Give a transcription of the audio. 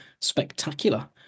spectacular